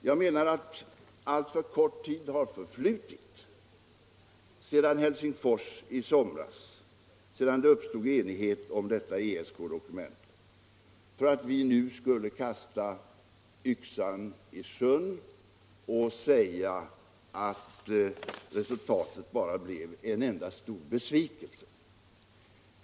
Jag menar att alltför kort tid har förflutit sedan det i Helsingfors i sommar uppstod enighet om ESK-dokumentet för att vi nu skulle kunna kasta yxan i sjön och säga, att resultatet bara blev en enda stor besvikelse.